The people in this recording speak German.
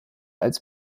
als